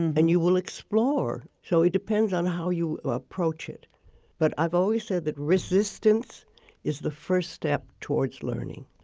and you will explore. so it depends on how you approach it but i've always said that resistance is the first step toward learning.